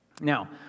Now